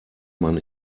man